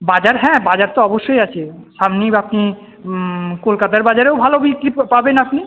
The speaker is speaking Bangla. বাজার হ্যাঁ বাজার তো অবশ্যই আছে সামনেই আপনি কলকাতার বাজারেও ভালো বিক্রি পাবেন আপনি